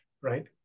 right